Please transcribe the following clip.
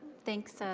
thanks,